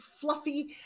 fluffy